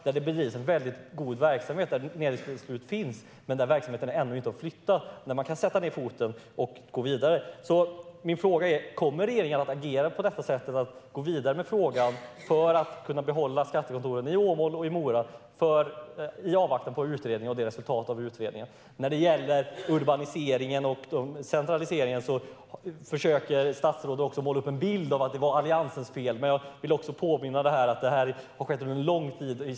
Där bedrivs väldigt god verksamhet. Nedläggningsbeslut finns, men verksamheterna har ännu inte flyttat. Regeringen kan sätta ned foten och gå vidare. Kommer regeringen att agera genom att gå vidare med frågan för att kunna behålla skattekontoren i Åmål och Mora, i avvaktan på utredningen och dess resultat? När det gäller urbaniseringen och centraliseringen försöker statsrådet måla upp en bild av att det är Alliansens fel. Men jag vill påminna om att det har skett under en lång tid.